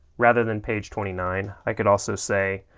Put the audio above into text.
rather than page twenty nine, i could also say,